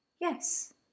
Yes